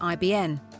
IBN